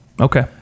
Okay